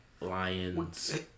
Lions